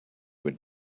would